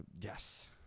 Yes